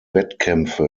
wettkämpfe